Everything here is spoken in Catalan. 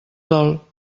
dol